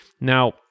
Now